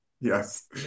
yes